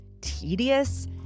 tedious